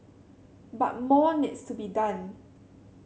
but more needs to be done